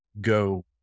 Go